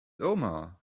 omar